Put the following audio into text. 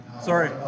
Sorry